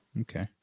Okay